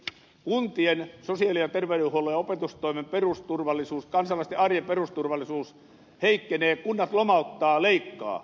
kuntien sosiaali ja terveydenhuollon ja opetustoimen perusturvallisuus kansalaisten arjen perusturvallisuus heikkenee kunnat lomauttavat leikkaavat